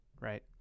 right